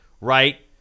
right